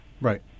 Right